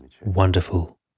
wonderful